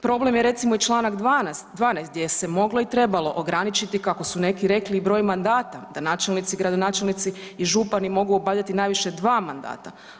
Problem je recimo i čl. 12. gdje se moglo i trebalo ograničiti kako su neki rekli i broj mandata da načelnici, gradonačelnici i župani mogu obavljati najviše dva mandata.